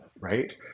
right